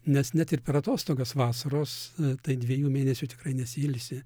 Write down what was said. nes net ir per atostogas vasaros tai dviejų mėnesių tikrai nesiilsi